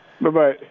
Bye-bye